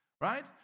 right